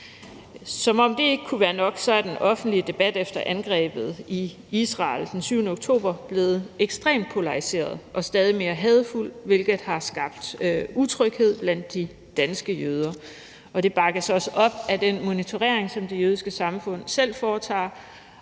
Som om det ikke kunne være nok, er den offentlige debat efter angrebet i Israel den 7. oktober blevet ekstremt polariseret og stadig mere hadefuld, hvilket har skabt utryghed blandt de danske jøder. Det bakkes op af den monitorering, som Det Jødiske Samfund selv foretager,